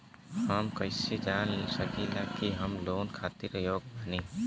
हम कईसे जान सकिला कि हम लोन खातिर योग्य बानी?